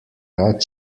rad